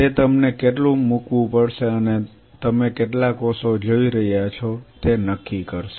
તે તમને કેટલું મૂકવું પડશે અને તમે કેટલા કોષો જોઈ રહ્યા છો તે નક્કી કરશે